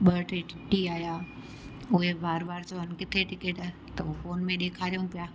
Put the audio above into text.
ॿ टे टीटी आहिया उहे बार बार चवनि किथे टिकेट त उहो फोन में ॾेखारूं पिया